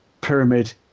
pyramid